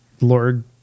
lord